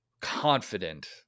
confident